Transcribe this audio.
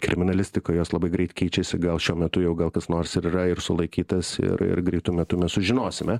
kriminalistikoj jos labai greit keičiasi gal šiuo metu jau gal kas nors ir yra ir sulaikytas ir ir greitu metu mes sužinosime